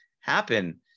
happen